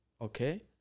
Okay